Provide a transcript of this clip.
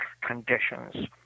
conditions